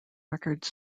records